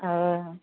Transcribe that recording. ஆ